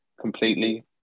completely